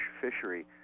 fishery